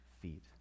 feet